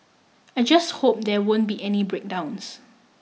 I just hope there won't be any breakdowns